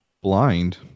blind